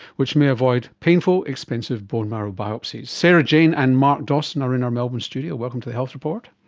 which may avoid painful, expensive bone marrow biopsies. sarah-jane and mark dawson are in our melbourne studio. welcome to the health report.